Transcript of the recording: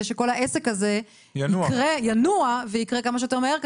שכל העסק הזה ינוע ויקרה כמה שיותר מהר,